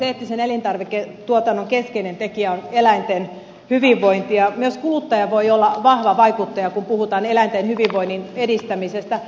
eettisen elintarviketuotannon keskeinen tekijä on eläinten hyvinvointi ja myös kuluttaja voi olla vahva vaikuttaja kun puhutaan eläinten hyvinvoinnin edistämisestä